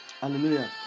Hallelujah